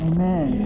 Amen